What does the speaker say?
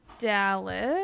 Dallas